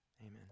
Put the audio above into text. amen